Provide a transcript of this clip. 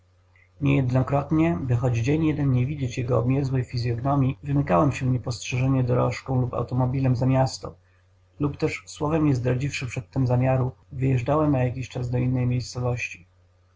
niejednokrotnie by choć dzień jeden nie widzieć jego obmierzłej fizyognomii wymykałem się niespostrzeżenie dorożką lub automobilem za miasto lub też słowem nie zdradziwszy przedtem zamiaru wyjeżdżałem na jakiś czas do